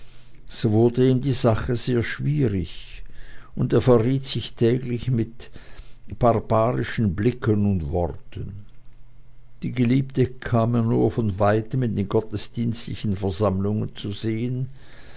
so wurde ihm die sache sehr schwierig und er verriet sich täglich mit barbarischen blicken und worten die geliebte bekam er nur von weitem in den gottesdienstlichen versammlungen zu sehen